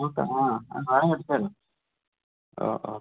മുഴുത്ത ആണോ അത് കുഴപ്പമില്ല അത് കുഴപ്പമില്ല ആ ആ